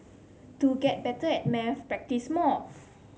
to get better at maths practise more